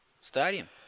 Stadium